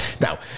Now